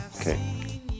Okay